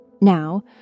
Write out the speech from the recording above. Now